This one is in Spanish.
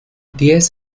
diez